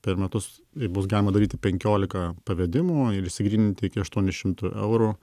per metus bus galima daryti penkiolika pavedimų ir išsigrynint iki aštuonių šimtų eurų